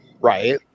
Right